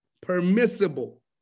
permissible